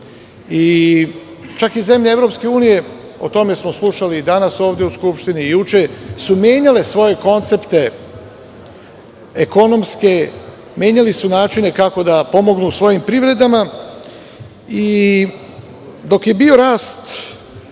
i čak su i zemlje EU, o tome smo slušali i danas ovde u Skupštini i juče, su menjale svoje koncepte ekonomske, menjale su načine kako da pomognu svojim privredama. Dok je bio rast,